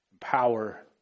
power